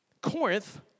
Corinth